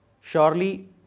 surely